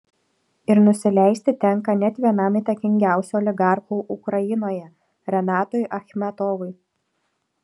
ir nusileisti tenka net vienam įtakingiausių oligarchų ukrainoje renatui achmetovui